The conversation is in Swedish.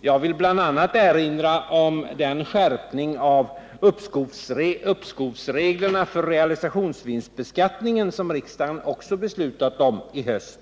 Jag vill bl.a. erinra om den skärpning av uppskovsreglerna för realisationsvinstbeskattningen som riksdagen också beslutat om i höst.